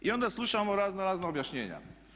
I onda slušamo raznorazna objašnjenja.